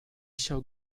shall